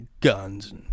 Guns